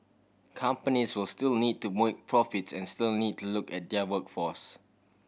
companies will still need to make profits and still need to look at their workforce